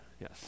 Yes